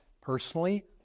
Personally